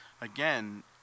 again